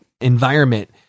environment